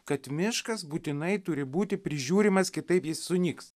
kad miškas būtinai turi būti prižiūrimas kitaip jis sunyks